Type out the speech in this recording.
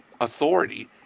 authority